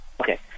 Okay